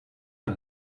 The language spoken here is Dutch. het